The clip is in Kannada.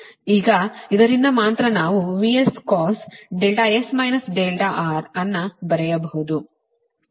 ಈಗ ಇದರಿಂದ ಮಾತ್ರ ನಾವು VScos S R ಅನ್ನು ಬರೆಯಬಹುದು